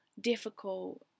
difficult